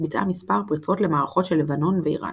ביצעה מספר פריצות למערכות של לבנון ואיראן.